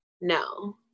No